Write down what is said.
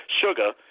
Sugar